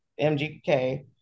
MGK